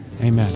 amen